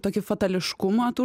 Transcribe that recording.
tokį fatališkumą tų